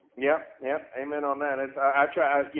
yeah, yep, amen on that. i tried,